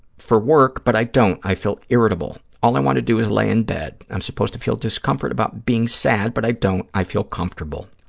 for work, but i don't. i feel irritable. all i want to do is lay in bed. i'm supposed to feel discomfort about being sad, but i don't. i feel comfortable.